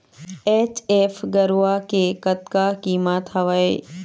HF गरवा के कतका कीमत हवए?